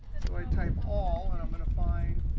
so i type all. and i'm going to find